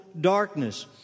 darkness